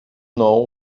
know